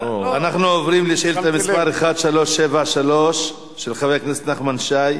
ואנחנו מבקשים את תמיכת חברי הכנסת שנשארו כאן.